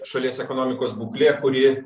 šalies ekonomikos būklė kuri